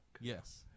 Yes